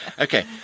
Okay